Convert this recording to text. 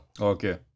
Okay